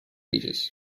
ages